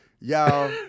Y'all